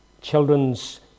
children's